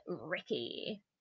Ricky